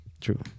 True